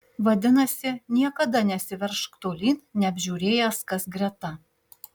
vadinasi niekada nesiveržk tolyn neapžiūrėjęs kas greta